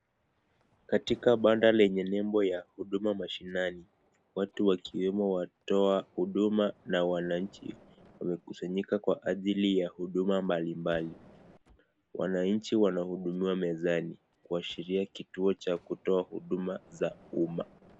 Katika banda lenye nembo ya huduma mashinani watu wakiwemo watoa huduma na wananchi wamekusanyika kwa ajili ya huduma mbali mbali wananchi wanahudumiwa mezani kuashiria kituo cha kutoa huduma za umma.